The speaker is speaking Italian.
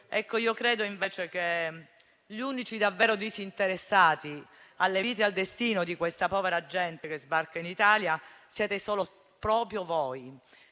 destino. Credo invece che gli unici davvero disinteressati alle vite e al destino della povera gente che sbarca in Italia siate proprio voi,